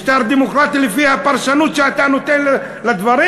משטר דמוקרטי לפי הפרשנות שאתה נותן לדברים.